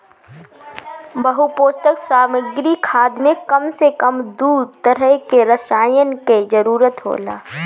बहुपोषक सामग्री खाद में कम से कम दू तरह के रसायन कअ जरूरत होला